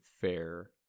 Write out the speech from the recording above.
fair